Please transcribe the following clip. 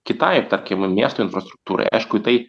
kitai tarkim miesto infrastruktūrai aišku į tai